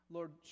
Lord